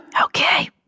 Okay